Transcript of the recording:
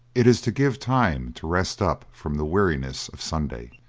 it is to give time to rest up from the weariness of sunday.